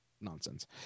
nonsense